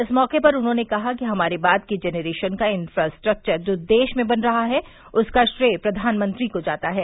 इस मौके पर उन्होंने कहा कि हमारे बाद की जनरेशन का इंफ्रास्ट्रक्वर जो देश में बन रहा है उसका श्रेय प्र्वानमंत्री को जाता है